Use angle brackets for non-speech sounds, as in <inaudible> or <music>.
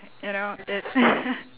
you know it <laughs>